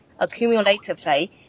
accumulatively